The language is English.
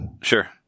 Sure